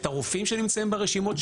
את הרופאים שנמצאים ברשימות,